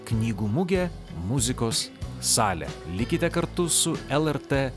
knygų mugę muzikos salę likite kartu su lrt